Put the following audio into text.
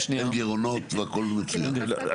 אין גירעונות והכול מצוין.